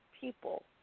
people